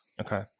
Okay